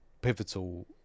pivotal